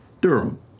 Durham